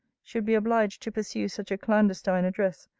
should be obliged to pursue such a clandestine address,